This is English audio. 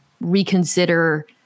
reconsider